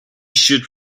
should